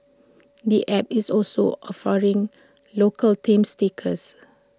the app is also offering local themed stickers